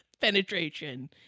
penetration